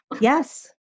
Yes